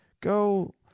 go